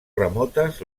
remotes